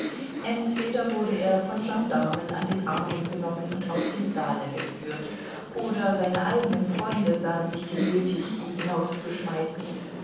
entweder wurde er von gendarmen an den armen genommen und aus dem saale geführt oder seine eigenen freunde sahen sich genötigt ihn hinauszuschmeißen